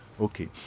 Okay